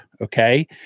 Okay